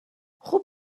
خوب